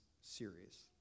series